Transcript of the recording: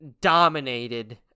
dominated